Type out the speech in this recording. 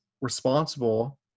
responsible